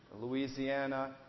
Louisiana